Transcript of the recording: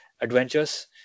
adventures